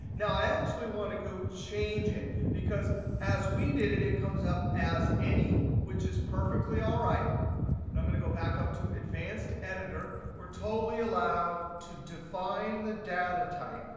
now i actually want to go change it because as we did it, it comes up as any, which is perfectly all right. but i'm going to go back up to advanced editor. we're totally allowed to define the data type.